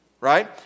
right